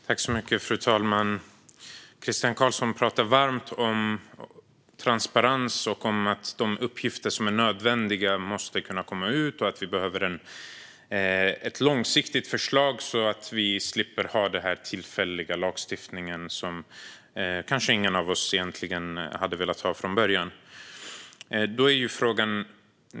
Fru talman! Christian Carlsson talar varmt om transparens, att de uppgifter som är nödvändiga måste kunna komma ut och att vi behöver ett långsiktigt förslag så att vi slipper den här tillfälliga lagstiftningen som kanske ingen av oss ville ha från början.